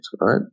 right